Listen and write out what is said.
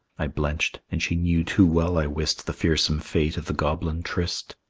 i blenched, and she knew too well i wist the fearsome fate of the goblin tryst.